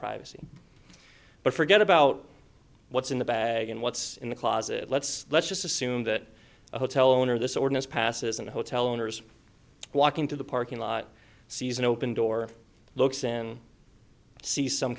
privacy but forget about what's in the bag and what's in the closet let's let's just assume that the hotel owner this ordinance passes and hotel owners walk into the parking lot sees an open door looks and sees some